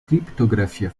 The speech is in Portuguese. criptografia